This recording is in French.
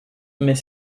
mais